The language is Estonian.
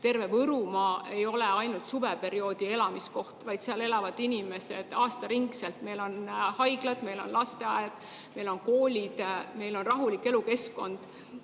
Terve Võrumaa ei ole ainult suveperioodi elamiskoht, vaid seal elavad inimesed aastaringselt: meil on haiglad, meil on lasteaed, meil on koolid, meil on rahulik elukeskkond.